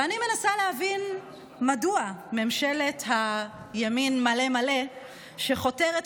ואני מנסה להבין מדוע ממשלת הימין מלא מלא חותרת